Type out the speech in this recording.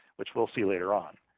which we'll see later on.